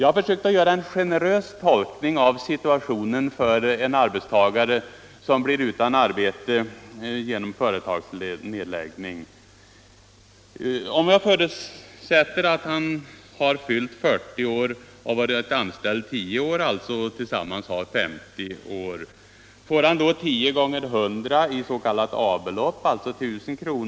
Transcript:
Jag har försökt att göra en generös tolkning av situationen för en arbetare som blir utan arbete genom företagsnedläggning. Om jag förutsätter att han har fyllt 40 år och varit anställd i 10 år och alltså tillsammans har 50 år, får han 10 x 100 i s.k. A-belopp, alltså 1000 kr.